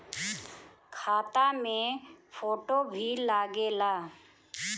खाता मे फोटो भी लागे ला?